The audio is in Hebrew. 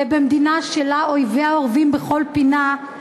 ובמדינה שאויביה אורבים לה בכל פינה,